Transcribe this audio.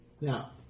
Now